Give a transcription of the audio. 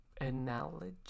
Analogy